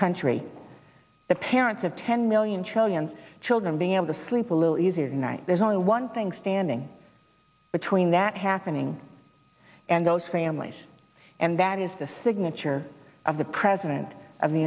country the parents of ten million chileans children being able to sleep a little easier tonight there's only one thing standing between that happening and those families and that is the signature of the president of the